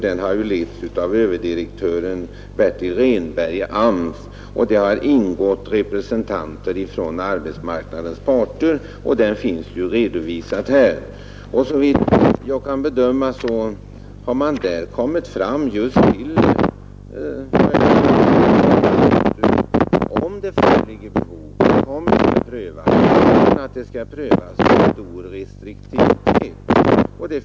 Den har letts av överdirektör Bertil Rehnberg i arbetsmarknadsstyrelsen, och i utredningen har ingått representanter för arbetsmarknadens parter. Detta finns redovisat i föreliggande handlingar. Och såvitt jag kunnat bedöma har man i utredningen kommit fram till att om det föreligger behov därav, så kommer frågan om tillstånd att prövas.